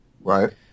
right